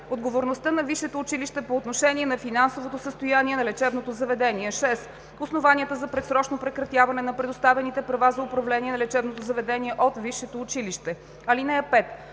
отговорността на висшето училище по отношение на финансовото състояние на лечебното заведение; 6. основанията за предсрочно прекратяване на предоставените права за управление на лечебното заведение от висшето